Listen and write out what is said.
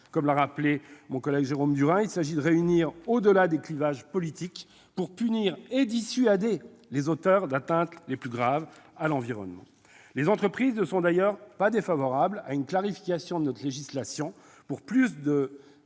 comme l'a rappelé mon collègue Jérôme Durain, il s'agit de réunir au-delà des clivages politiques pour punir et dissuader les auteurs des atteintes les plus graves à l'environnement. Les entreprises ne sont d'ailleurs pas défavorables à une clarification de notre législation pour